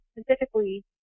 specifically